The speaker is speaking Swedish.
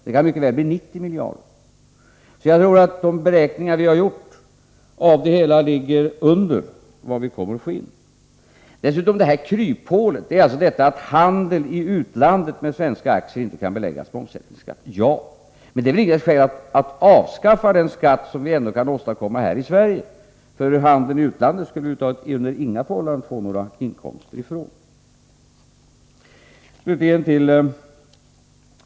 Den kan mycket väl bli 90 miljarder kronor. Jag tror att de beräkningar som vi har gjort ligger under vad vi kommer att få in. Kryphålet, att handel i utlandet med svenska aktier inte kan beläggas med omsättningsskatt, är inte något skäl för att avskaffa den skatt som vi ändå kan åstadkomma här i Sverige. Från handeln i utlandet skulle vi under inga förhållanden få några inkomster.